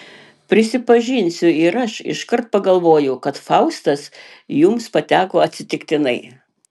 prisipažinsiu ir aš iškart pagalvojau kad faustas jums pateko atsitiktinai